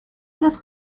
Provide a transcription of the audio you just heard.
los